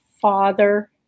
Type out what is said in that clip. father